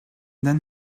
then